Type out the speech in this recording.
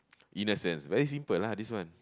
innocence very simple lah this one